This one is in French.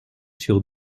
sur